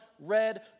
red